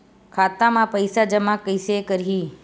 खाता म पईसा जमा कइसे करही?